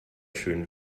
schön